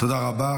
תודה רבה.